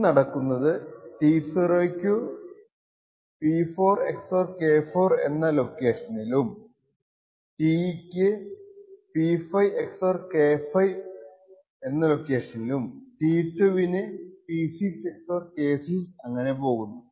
ഇത് നടക്കുന്നത് T0 ക്കു P4 XOR K4 എന്ന ലൊക്കേഷനിലും T നു P5 XOR K5 ലും T2 നു P6 XOR K6 അങ്ങനെ പോകുന്നു